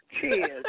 cheers